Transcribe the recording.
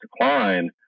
decline